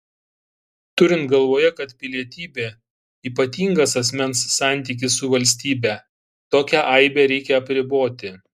turint galvoje kad pilietybė ypatingas asmens santykis su valstybe tokią aibę reikia apriboti